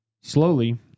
slowly